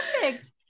perfect